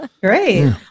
Great